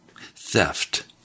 Theft